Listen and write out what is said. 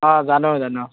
অ জানো জানো